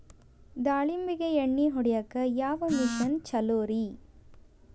ದಾಳಿಂಬಿಗೆ ಎಣ್ಣಿ ಹೊಡಿಯಾಕ ಯಾವ ಮಿಷನ್ ಛಲೋರಿ?